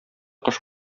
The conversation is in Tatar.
кош